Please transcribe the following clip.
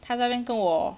他在那边跟我